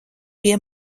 pie